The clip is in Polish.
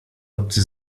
obcy